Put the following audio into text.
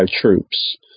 troops